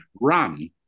Run